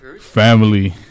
Family